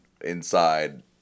inside